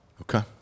Okay